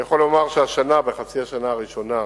אני יכול לומר שהשנה, בחצי השנה הראשונה,